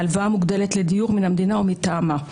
להלוואה מוגדלת לדיור מן המדינה ומטעמה.